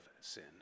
sin